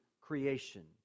creation